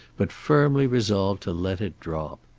but firmly resolved to let it drop.